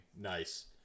nice